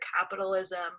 capitalism